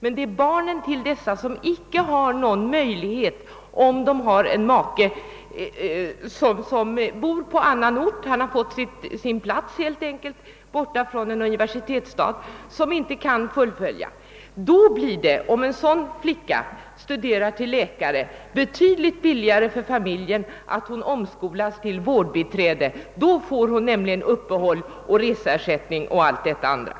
En sådan studerande blir nu utan möjlighet att låna, om maken har fått arbete på annan ort än universitetsstaden och nödgats bosätta sig där. En flicka som studerar till läkare finner i den situationen att det blir betydligt förmånligare för familjen att hon omskolas till vårdbiträde i stället, ty då får hon bidrag till uppehället, reseersättning 0. s. Vv.